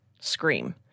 scream